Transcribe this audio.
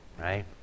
right